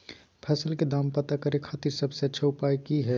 फसल के दाम पता करे खातिर सबसे अच्छा उपाय की हय?